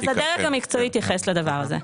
אז הדרג המקצועי יתייחס לדבר הזה.